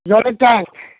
জলের ট্যাংক